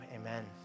amen